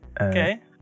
okay